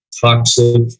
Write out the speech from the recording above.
toxic